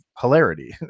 hilarity